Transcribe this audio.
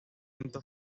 evento